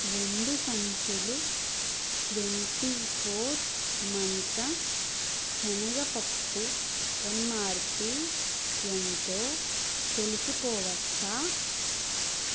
రెండు సంచులు twenty four మంత్ర శనగ పప్పు ఎంఆర్పీ ఎంతో తెలుసుకోవచ్చా